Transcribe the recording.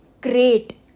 great